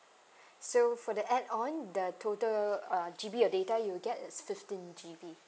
so for the add on the total uh G_B of data you'll get is fifteen G_B